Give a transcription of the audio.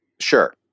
Sure